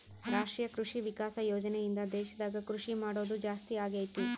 ರಾಷ್ಟ್ರೀಯ ಕೃಷಿ ವಿಕಾಸ ಯೋಜನೆ ಇಂದ ದೇಶದಾಗ ಕೃಷಿ ಮಾಡೋದು ಜಾಸ್ತಿ ಅಗೈತಿ